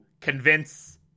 convince